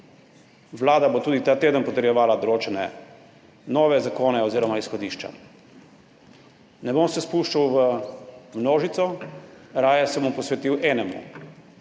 Vlada bo tudi ta teden potrjevala določene nove zakone oziroma izhodišča. Ne bom se spuščal v množico, raje se bom posvetil enemu,